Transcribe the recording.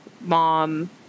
mom